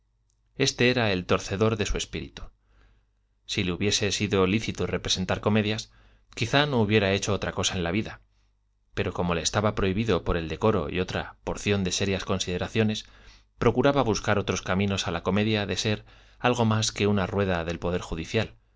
este era el torcedor de su espíritu si le hubiese sido lícito representar comedias quizás no hubiera hecho otra cosa en la vida pero como le estaba prohibido por el decoro y otra porción de serias consideraciones procuraba buscar otros caminos a la comezón de ser algo más que una rueda del poder judicial